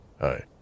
Hi